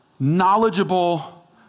knowledgeable